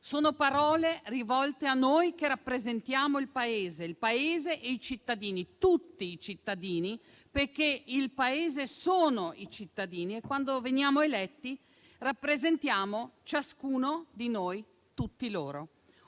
Sono parole rivolte a noi che rappresentiamo il Paese e i cittadini, tutti i cittadini, perché il Paese sono i cittadini e, quando veniamo eletti, ciascuno di noi rappresenta